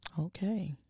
Okay